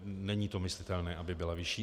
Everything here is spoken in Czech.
Není to myslitelné, aby byla vyšší.